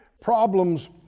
Problems